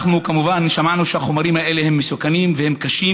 אנחנו כמובן שמענו שהחומרים האלה הם מסוכנים וקשים.